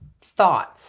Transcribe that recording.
thoughts